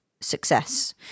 success